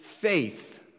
faith